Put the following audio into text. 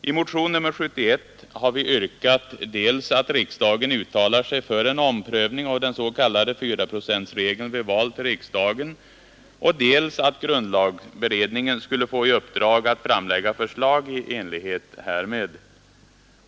I EN 69 motion nr 71 har vi yrkat dels att riksdagen uttalar sig för en omprövning av den s.k. fyraprocentregeln vid val till riksdagen, dels att grundlagberedningen skulle få i uppdrag att framlägga förslag i enlighet härmed.